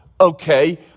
okay